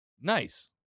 Nice